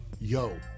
yo